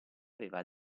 aveva